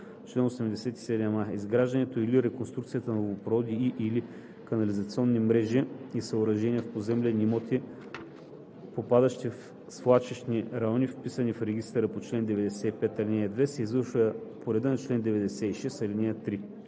„Чл. 87а. Изграждането или реконструкцията на водопроводни и/или канализационни мрежи и съоръжения в поземлени имоти, попадащи в свлачищни райони, вписани в регистъра по чл. 95, ал. 2, се извършва по реда на чл. 96, ал. 3.“